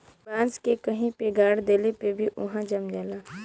बांस के कहीं पे गाड़ देले पे भी उहाँ जम जाला